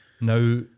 now